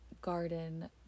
garden